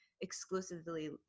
exclusively